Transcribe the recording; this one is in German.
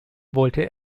wollte